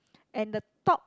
and the top